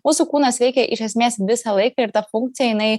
mūsų kūnas veikia iš esmės visą laiką ir ta funkcija jinai